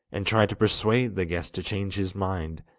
and tried to persuade the guest to change his mind,